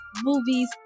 movies